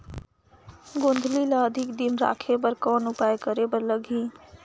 गोंदली ल अधिक दिन राखे बर कौन उपाय करे बर लगही?